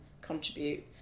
contribute